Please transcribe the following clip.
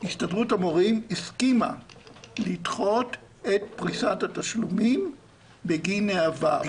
הסתדרות המורים הסכימה לדחות את פריסת התשלומים בגין העבר.